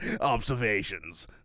observations